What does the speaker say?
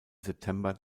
september